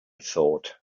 thought